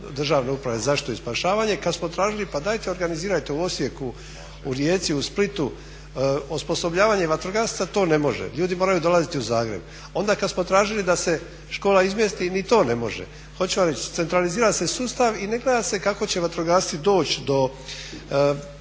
Državne uprave za zaštitu i spašavanje. Kad smo tražili pa dajte organizirajte u Osijeku, u Rijeci, u Splitu osposobljavanje vatrogasaca, to ne može, ljudi moraju dolaziti u Zagreb. Onda kad smo tražili da se škola izmjesti ni to ne može. Hoću vam reći centralizira se sustav i ne gleda se kako će vatrogasci doći do